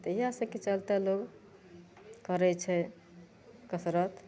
तऽ इएहसबके चलिते लोक करै छै कसरत